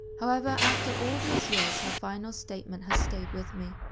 however, after all these years her final statement has stayed with me.